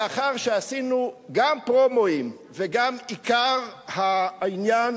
לאחר שעשינו גם פרומואים וגם עיקר העניין,